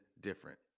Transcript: different